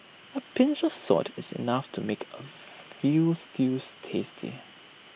A pinch of salt is enough to make A Veal Stews tasty